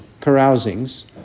carousings